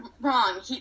wrong